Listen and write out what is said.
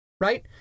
right